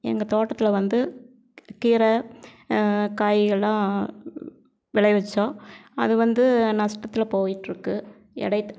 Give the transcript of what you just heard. எங்கள் தோட்டத்தில் வந்து கீரை காய்களெல்லாம் விளை வைச்சோம் அது வந்து நஷ்டத்துல போய்கிட்ருக்கு இடைத்